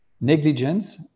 Negligence